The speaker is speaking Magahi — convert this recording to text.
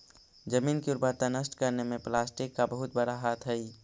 जमीन की उर्वरता नष्ट करने में प्लास्टिक का बहुत बड़ा हाथ हई